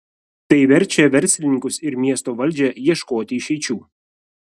tai verčia verslininkus ir miesto valdžią ieškoti išeičių